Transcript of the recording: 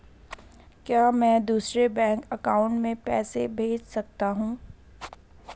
क्या मैं दूसरे बैंक अकाउंट में पैसे भेज सकता हूँ?